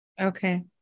Okay